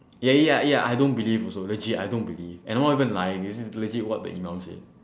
ya ya ya ya I don't believe also legit I don't believe and I'm not even lying this is legit what the imam said